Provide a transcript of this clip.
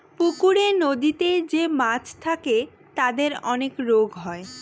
পুকুরে, নদীতে যে মাছ থাকে তাদের অনেক রোগ হয়